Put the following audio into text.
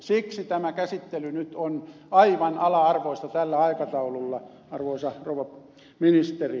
siksi tämä käsittely nyt on aivan ala arvoista tällä aikataululla arvoisa rouva ministeri